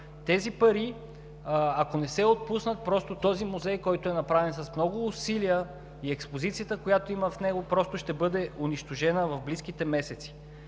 Тези пари, ако не се отпуснат, този музей, който е направен с много усилия и експозицията, която е в него, просто ще бъде унищожена в близките месеци.